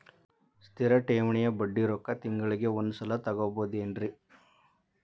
ಸ್ಥಿರ ಠೇವಣಿಯ ಬಡ್ಡಿ ರೊಕ್ಕ ತಿಂಗಳಿಗೆ ಒಂದು ಸಲ ತಗೊಬಹುದೆನ್ರಿ?